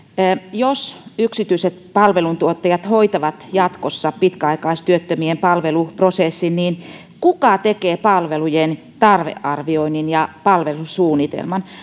jos yksityiset palveluntuottajat hoitavat jatkossa pitkäaikaistyöttömien palveluprosessin niin kuka tekee palvelujen tarvearvioinnin ja palvelusuunnitelman